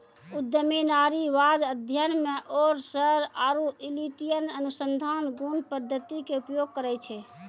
उद्यमी नारीवाद अध्ययन मे ओरसर आरु इलियट अनुसंधान गुण पद्धति के उपयोग करै छै